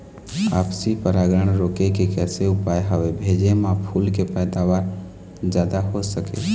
आपसी परागण रोके के कैसे उपाय हवे भेजे मा फूल के पैदावार जादा हों सके?